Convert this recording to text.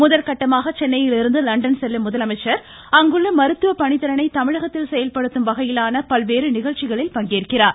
முதல்கட்டமாக சென்னையிலிருந்து லண்டன் செல்லும் முதலமைச்சர் அங்குள்ள மருத்துவ பணித்திறனை தமிழகத்தில் செயல்படுத்தும் வகையிலான பல்வேறு நிகழ்ச்சிகளில் பங்கேற்கிறார்